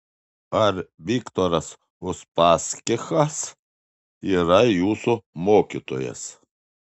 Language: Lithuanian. ar viktoras uspaskichas yra jūsų mokytojas